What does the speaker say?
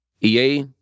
EA